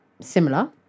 similar